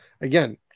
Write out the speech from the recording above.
again